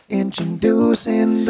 introducing